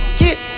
get